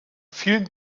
vielen